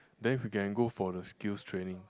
then we can go for the skill's training